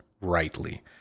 rightly